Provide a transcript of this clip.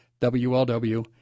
W-L-W